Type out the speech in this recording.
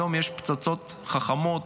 היום יש פצצות חכמות,